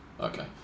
Okay